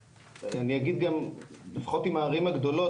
אני אגיד גם לפחות עם הערים הגדולות,